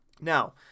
Now